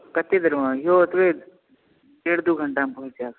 कते देरमे अहाँ इहो ओतबे देरमे डेढ़ दो घण्टामे पहुँच जायब